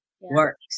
works